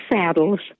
saddles